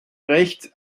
rechts